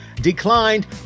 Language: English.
declined